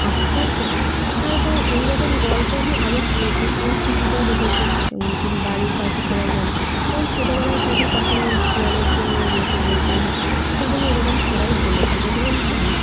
আশ্চর্য তার ওপরে এইরকম গল্প আমি আরও শুনেছি এবং টিভিতেও দেখেছি এমনকি বাড়ির পাশে সবাই জানে যখন ছোটবেলায় থাকি তখন ওই ভুলানোর জন্যে এইগুলো তো বলতেই হয় সেজন্য এরকম সবাই বলে থাকে বলে আমি জানি